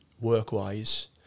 work-wise